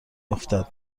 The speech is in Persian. افتد